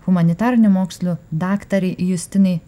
humanitarinių mokslų daktarė justinai